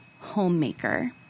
homemaker